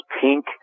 pink